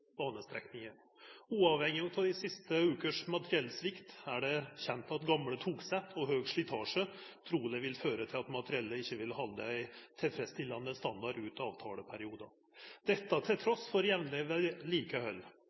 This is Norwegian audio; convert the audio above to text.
Uavhengig av de siste ukers materiellsvik, er det kjent at gamle togsett og høy slitasje trolig vil føre til at materiellet ikke vil holde en tilfredsstillende standard ut avtaleperioden. Dette til tross for jevnlig vedlikehold.